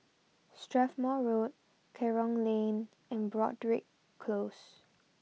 Strathmore Road Kerong Lane and Broadrick Close